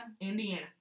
Indiana